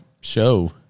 show